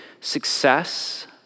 success